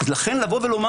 לכן לומר: